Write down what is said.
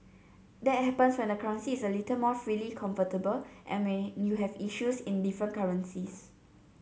that happens when the currency is a little more freely convertible and when you have issues in different currencies